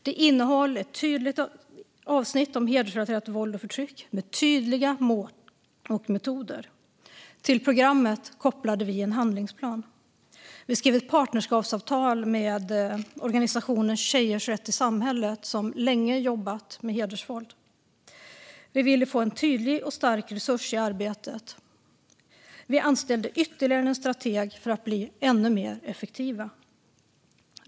Det innehåller ett tydligt avsnitt om hedersrelaterat våld och förtryck med tydliga mål och metoder. Till programmet kopplade vi en handlingsplan. Vi skrev ett partnerskapsavtal med organisationen Tjejers rätt i samhället, som länge jobbat med hedersvåld, då vi ville få en tydlig och stark resurs i arbetet. Vi anställde ytterligare en strateg för att bli ännu mer effektiva.